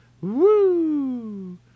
Woo